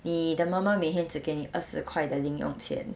你的妈妈每天只给你二十块的零用钱